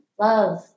love